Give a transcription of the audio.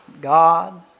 God